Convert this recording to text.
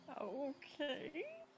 Okay